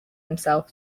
himself